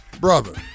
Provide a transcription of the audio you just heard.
brother